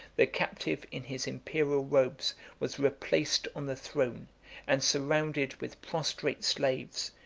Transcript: the captive in his imperial robes was replace on the throne and surrounded with prostrate slaves,